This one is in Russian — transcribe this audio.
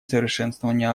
совершенствование